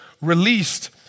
released